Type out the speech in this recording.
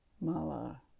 mala